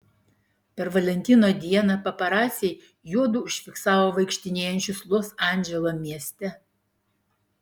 per valentino dieną paparaciai juodu užfiksavo vaikštinėjančius los andželo mieste